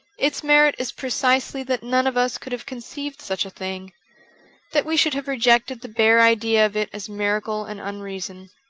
its merit is precisely that none of us could have conceived such a thing that we should have rejected the bare idea of it as miracle and unreason.